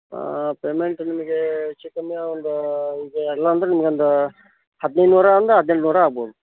payment ನಿಮಗೆ ಹೆಚ್ಚು ಕಮ್ಮಿ ಒಂದು ಈಗ ಎಲ್ಲ ಅಂದರೆ ನಿಮ್ಗೊಂದು ಹದಿನೈದು ನೂರೋ ಒಂದು ಹದಿನೇಳು ನೂರೋ ಆಗ್ಬೋದು